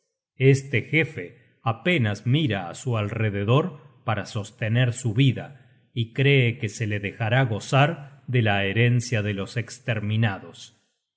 este jefe apenas mira á su alrededor para sostener su vida y cree que se le dejará gozar de la herencia de los esterminados